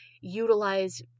utilize